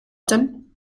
them